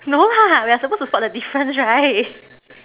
no lah we are supposed to spot the difference right